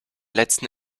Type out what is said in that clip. letzten